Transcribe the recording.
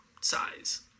size